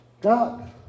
God